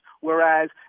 whereas